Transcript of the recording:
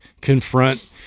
confront